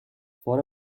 for